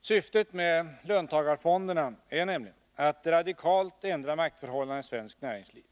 Syftet med löntagarfonderna är nämligen att radikalt ändra maktförhållandena i svenskt näringsliv.